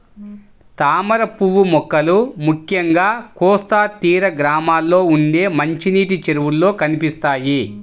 తామరపువ్వు మొక్కలు ముఖ్యంగా కోస్తా తీర గ్రామాల్లో ఉండే మంచినీటి చెరువుల్లో కనిపిస్తాయి